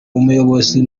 umuyobozi